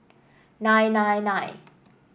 nine nine nine